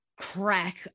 crack